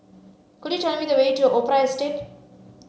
could you tell me the way to Opera Estate